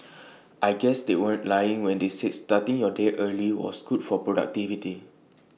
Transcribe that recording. I guess they weren't lying when they said starting your day early was good for productivity